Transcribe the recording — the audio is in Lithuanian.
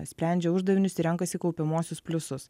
sprendžia uždavinius ir renkasi kaupiamuosius pliusus